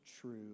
true